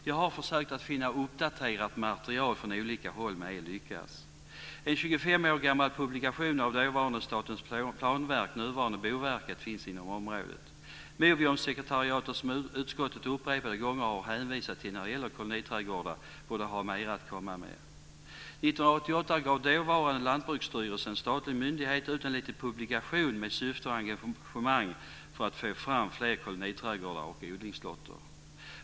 Jag har försökt att finna uppdaterat material från olika håll, men jag har ej lyckats. En 25 år gammal publikation från dåvarande Statens planverk, nuvarande Boverket, finns inom området. Movium-sekretariatet, som utskottet upprepade gånger har hänvisat till när det gäller koloniträdgårdar, borde har mera att komma med. 1988 gav dåvarande Lantbruksstyrelsen, en statlig myndighet, ut en liten publikation med syfte och engagemang för att få fram fler koloniträdgårdar och odlingslotter.